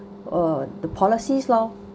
uh the policies lor